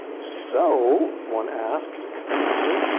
so, one asks expectedly,